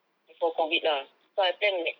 before COVID lah so I plan like